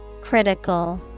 CRITICAL